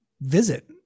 visit